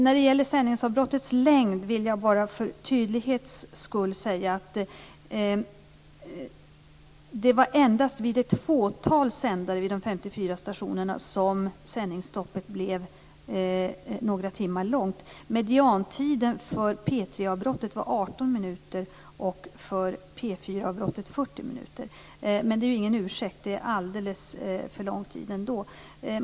När det gäller sändningsavbrottets längd vill jag bara för tydlighets skull säga att det endast var vid ett fåtal sändare vid de 54 stationerna som sändningsstoppet blev några timmar långt. Mediantiden för P 3 minuter. Men det är ingen ursäkt. Det är alldeles för lång tid ändå.